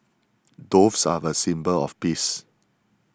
doves are a symbol of peace